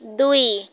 ଦୁଇ